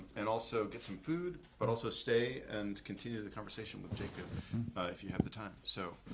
and also get some food, but also stay and continue the conversation with jacob if you have the time. so